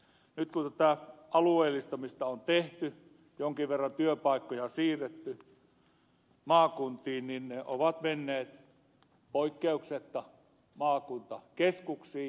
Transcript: nyt kun tätä alueellistamista on tehty jonkin verran työpaikkoja on siirretty maakuntiin ne ovat menneet poikkeuksetta maakuntakeskuksiin